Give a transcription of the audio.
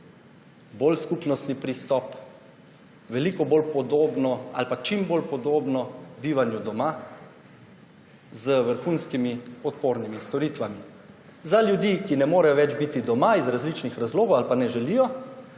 bolj podobno ali pa čim bolj podobno bivanju doma, z vrhunskimi podpornimi storitvami za ljudi, ki ne morejo več biti doma iz različnih razlogov ali pa ne želijo,